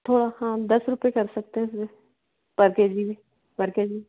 थोड़ा हाँ दस रुपये कर सकते हैं पर के जी करके भी